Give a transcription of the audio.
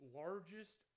largest